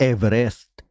Everest